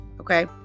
Okay